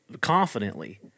confidently